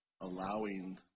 allowing